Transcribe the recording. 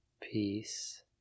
peace